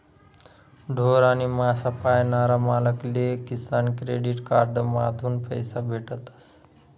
ढोर आणि मासा पायनारा मालक ले किसान क्रेडिट कार्ड माधून पैसा भेटतस